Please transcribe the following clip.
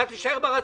אתה תישאר ברצון.